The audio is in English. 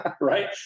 right